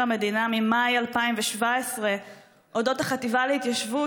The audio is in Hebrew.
המדינה ממאי 2017 על אודות החטיבה להתיישבות,